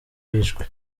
bishwe